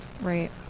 Right